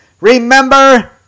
Remember